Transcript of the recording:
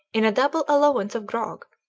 in a double allowance of grog,